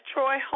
Troy